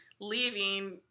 leaving